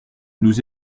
nous